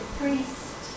priest